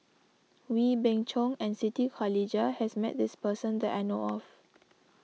Wee Beng Chong and Siti Khalijah has met this person that I know of